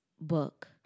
book